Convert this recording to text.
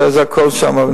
זה הכול שם,